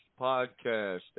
podcast